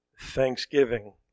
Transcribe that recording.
thanksgiving